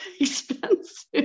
expensive